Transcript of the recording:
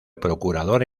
procurador